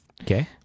Okay